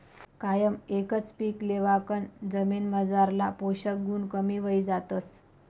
कायम एकच पीक लेवाकन जमीनमझारला पोषक गुण कमी व्हयी जातस